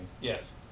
Yes